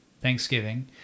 Thanksgiving